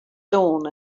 dawn